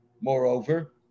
Moreover